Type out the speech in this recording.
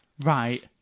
right